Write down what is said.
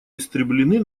истреблены